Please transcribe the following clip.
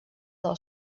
del